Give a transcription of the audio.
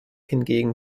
hingegen